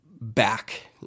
back